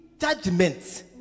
Judgment